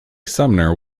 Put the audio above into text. sumner